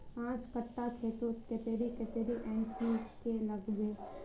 पाँच कट्ठा खेतोत कतेरी कतेरी एन.पी.के के लागबे?